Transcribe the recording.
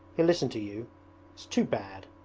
he'll listen to you. it's too bad